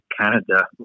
Canada